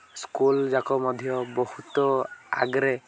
ସ୍କୁଲ୍ଯାକ ମଧ୍ୟ ବହୁତ ଆଗରେ